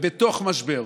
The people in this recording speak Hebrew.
ובתוך משבר,